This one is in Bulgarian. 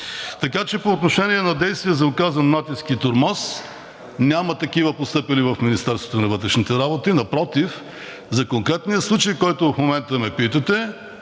Така че по отношение на действия за оказан натиск и тормоз, няма такива постъпили в Министерството на вътрешните работи. Напротив, за конкретния случай, който в момента ме питате,